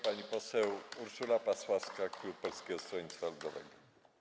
Pani poseł Urszula Pasławska, klub Polskiego Stronnictwa Ludowego.